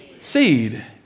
seed